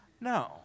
No